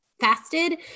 fasted